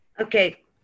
Okay